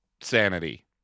sanity